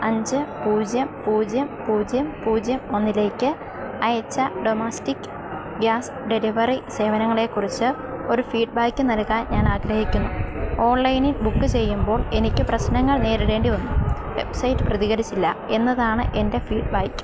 അഞ്ച് പൂജ്യം പൂജ്യം പൂജ്യം പൂജ്യം ഒന്നിലേക്ക് അയച്ച ഡൊമസ്റ്റിക് ഗ്യാസ് ഡെലിവറി സേവനങ്ങളെ കുറിച്ച് ഒരു ഫീഡ്ബാക്ക് നൽകാൻ ഞാൻ ആഗ്രഹിക്കുന്നു ഓൺലൈനിൽ ബുക്ക് ചെയ്യുമ്പോൾ എനിക്ക് പ്രശ്നങ്ങൾ നേരിടേണ്ടിവന്നു വെബ്സൈറ്റ് പ്രതികരിച്ചില്ല എന്നതാണ് എൻ്റെ ഫീഡ്ബാക്ക്